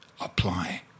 apply